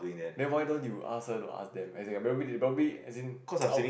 then why don't you ask her to ask them as in maybe they probably as in